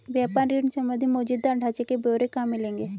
व्यापार ऋण संबंधी मौजूदा ढांचे के ब्यौरे कहाँ मिलेंगे?